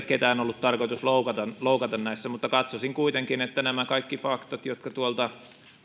ketään loukata loukata näissä mutta katsoisin kuitenkin että nämä kaikki faktat jotka tuolta